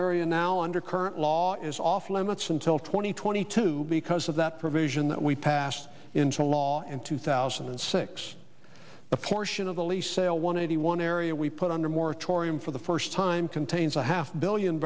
area now under current law is off limits until twenty twenty two because of that provision that we passed into law and two thousand and six the portion of the lease sale one eighty one area we put under moratorium for the first time contains a half billion